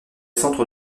centres